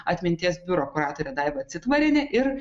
atminties biuro kuratorė daiva citvarienė ir